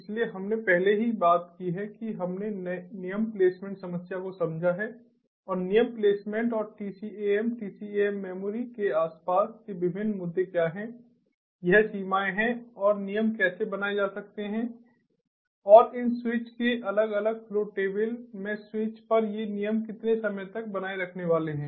इसलिए हमने पहले ही बात की है कि हमने नियम प्लेसमेंट समस्या को समझा है और नियम प्लेसमेंट और TCAM TCAM मेमोरी के आसपास के विभिन्न मुद्दे क्या हैं यह सीमाएं हैं और नियम कैसे बनाए जा सकते हैं और इन स्विच के अलग अलग फ्लो टेबल ओं में स्विच पर ये नियम कितने समय तक बनाए रखने वाले हैं